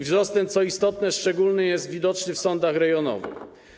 Wzrost ten, co istotne, szczególnie jest widoczny w sądach rejonowych.